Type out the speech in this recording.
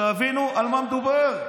שתבינו על מה מדובר.